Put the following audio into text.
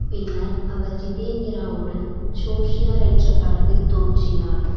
பின்னர் அவர் ஜீதேந்திராவுடன் ஹோஷியார் என்ற படத்தில் தோன்றினார்